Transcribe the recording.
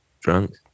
drunk